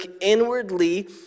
inwardly